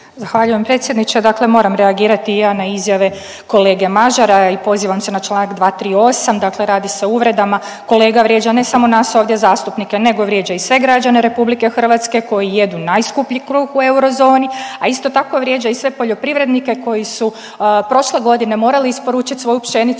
Zahvaljujem predsjedniče. Dakle moram reagirati i ja na izjave kolege Mažara i pozivam se na čl. 238. Dakle radi se o uvredama, kolega vrijeđa ne samo nas ovdje zastupnike nego vrijeđa i sve građane RH koji jedu najskuplji kruh u eurozoni, a isto tako vrijeđa i sve poljoprivrednike koji su prošle godine morali isporučiti svoju pšenicu